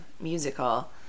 musical